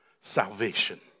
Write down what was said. salvation